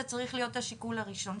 זה צריך להיות השיקול הראשון.